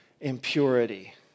impurity